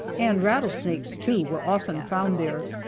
and rattlesnakes, too, were often found there.